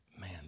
man